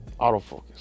autofocus